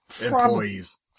Employees